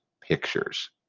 pictures